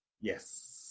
Yes